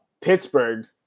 Pittsburgh